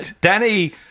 Danny